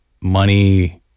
money